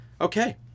Okay